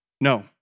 No